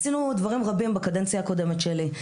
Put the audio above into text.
עשינו דברים רבים בקדנציה הקודמת שלי.